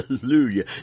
Hallelujah